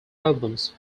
albums